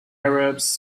arabs